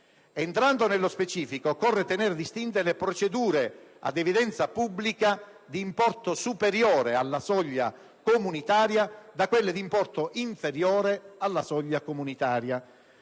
Entrando nello specifico, occorre tenere distinte le procedure ad evidenza pubblica di importo superiore alla soglia comunitaria da quelle d'importo inferiore alla soglia comunitaria.